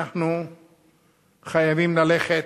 אנחנו חייבים ללכת,